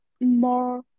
more